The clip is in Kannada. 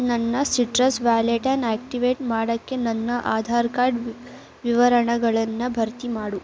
ನನ್ನ ಸಿಟ್ರಸ್ ವ್ಯಾಲೆಟ್ನ ಆಕ್ಟಿವೇಟ್ ಮಾಡೋಕ್ಕೆ ನನ್ನ ಆಧಾರ್ ಕಾರ್ಡ್ ವಿವರಣಗಳನ್ನು ಭರ್ತಿ ಮಾಡು